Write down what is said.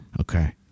Okay